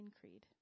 Creed